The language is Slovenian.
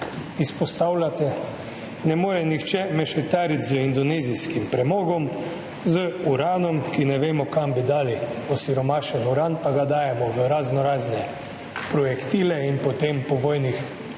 izpostavljate, da ne more nihče mešetariti z indonezijskim premogom, z uranom, ker ne vemo, kam bi dali osiromašen uran, pa ga dajemo v raznorazne projektile in potem po vojnih